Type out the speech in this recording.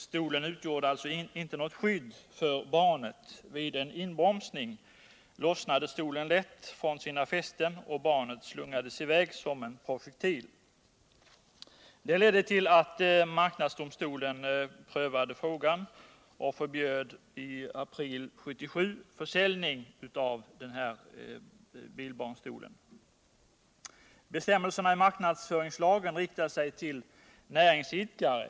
Stolen utgjorde alltså inte något skydd för barnet. Vid en inbromsning lossnade stolen från sina fästen, och barnet slungades i väg som en projektil. Rapporten ledde till att marknadsdomstolen Nr 157 prövade frågan och i april 1977 förbjöd försäljning av stolen. Tisdagen den Bestämmelserna i marknadsföringslagen riktar sig till näringsidkare.